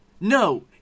No